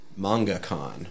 MangaCon